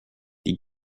die